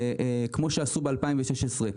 כפי שעשו ב-2016,